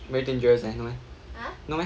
very dangerous eh no meh no meh